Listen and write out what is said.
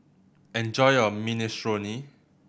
enjoy your Minestrone